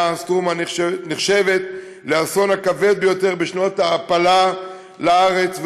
"סטרומה" נחשבת לאסון הכבד ביותר בשנות ההעפלה לארץ,